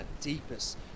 deepest